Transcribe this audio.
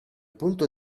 punto